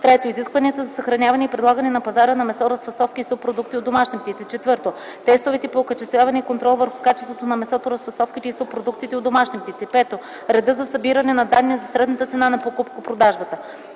3. изискванията за съхраняване и предлагане на пазара на месо, разфасовки и субпродукти от домашни птици; 4. тестовете по окачествяване и контрол върху качеството на месото, разфасовките и субпродуктите от домашни птици; 5. реда за събиране на данни за средната цена на покупко-продажбата.